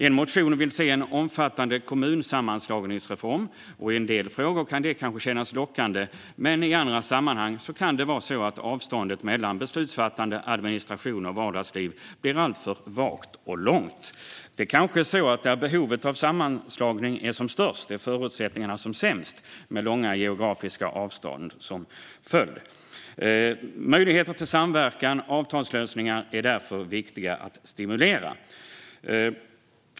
En motion efterlyser en omfattande kommunsammanslagningsreform. I en del frågor kan det kanske kännas lockande, men i andra sammanhang kan det vara så att avståndet mellan beslutsfattande, administration och vardagsliv blir alltför vagt och långt. Kanske är det så att där behovet av sammanslagning är som störst är förutsättningarna som sämst, med långa geografiska avstånd. Möjligheten till samverkan och avtalslösningar är därför viktiga att stimulera.